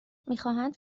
میخواهند